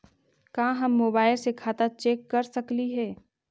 का हम मोबाईल से खाता चेक कर सकली हे?